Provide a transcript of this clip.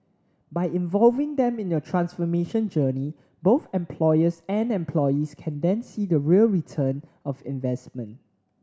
by involving them in your transformation journey both employers and employees can then see the real return of investment